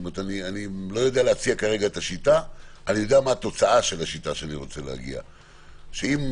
אני יודע מה התוצאה שאני רוצה שנגיע אליה: שאם,